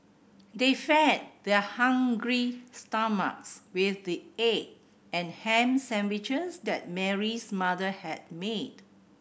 they fed their hungry stomachs with the egg and ham sandwiches that Mary's mother had made